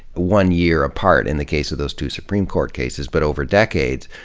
one year apart, in the case of those two supreme court cases, but over decades,